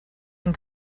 and